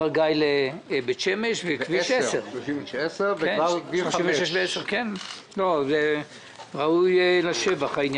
הגיא לבית שמש וכביש 10. זה ראוי לשבח.